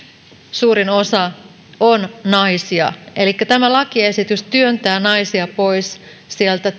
suurin osa on naisia elikkä tämä lakiesitys työntää naisia pois sieltä